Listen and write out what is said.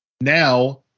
now